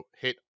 hit